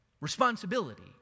Responsibility